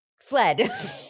Fled